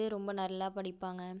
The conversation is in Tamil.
ரொம்ப நல்லா படிப்பாங்கள்